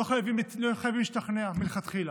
לא חייבים להשתכנע מלכתחילה,